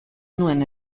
nuen